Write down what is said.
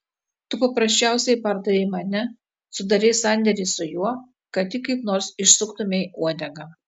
tu paprasčiausiai pardavei mane sudarei sandėrį su juo kad tik kaip nors išsuktumei uodegą